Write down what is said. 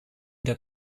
der